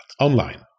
online